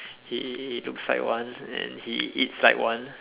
he he he looks like one and he eats like one